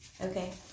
Okay